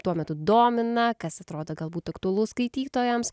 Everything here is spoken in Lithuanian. tuo metu domina kas atrodo galbūt aktualu skaitytojams